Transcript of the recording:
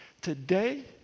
today